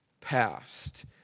past